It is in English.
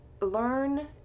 learn